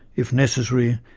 if necessary,